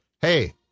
hey